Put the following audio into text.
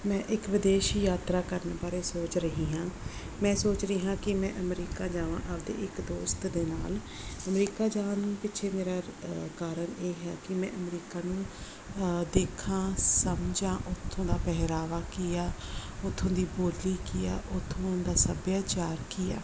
ਮੈਂ ਇੱਕ ਵਿਦੇਸ਼ੀ ਯਾਤਰਾ ਕਰਨ ਬਾਰੇ ਸੋਚ ਰਹੀ ਹਾਂ ਮੈਂ ਸੋਚ ਰਹੀ ਹਾਂ ਕਿ ਮੈਂ ਅਮਰੀਕਾ ਜਾਵਾਂ ਆਪਦੇ ਇੱਕ ਦੋਸਤ ਦੇ ਨਾਲ ਅਮਰੀਕਾ ਜਾਣ ਪਿੱਛੇ ਮੇਰਾ ਕਾਰਨ ਇਹ ਹੈ ਕਿ ਮੈਂ ਅਮਰੀਕਾ ਨੂੰ ਦੇਖਾਂ ਸਮਝਾਂ ਉੱਥੋਂ ਦਾ ਪਹਿਰਾਵਾ ਕੀ ਆ ਉੱਥੋਂ ਦੀ ਬੋਲੀ ਕੀ ਆ ਉੱਥੋਂ ਦਾ ਸੱਭਿਆਚਾਰ ਕੀ ਆ